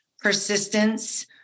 persistence